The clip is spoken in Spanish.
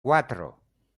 cuatro